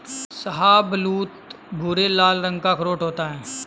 शाहबलूत भूरे लाल रंग का अखरोट होता है